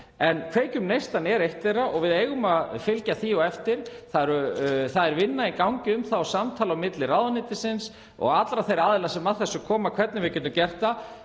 En Kveikjum neistann er eitt þeirra og við eigum að fylgja því eftir. Það er vinna í gangi um það og samtal á milli ráðuneytisins og allra þeirra aðila sem að því koma um hvernig við getum gert það.